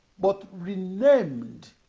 but renamed